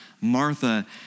Martha